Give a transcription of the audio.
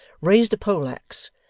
raised a pole-axe,